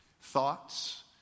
Thoughts